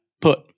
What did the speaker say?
put